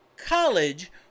college